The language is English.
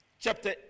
chapter